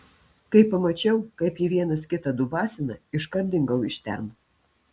kai pamačiau kaip jie vienas kitą dubasina iškart dingau iš ten